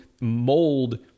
mold